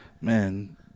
Man